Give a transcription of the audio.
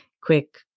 quick